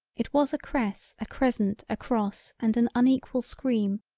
it was a cress a crescent a cross and an unequal scream,